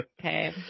Okay